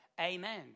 amen